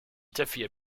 تفي